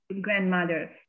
grandmother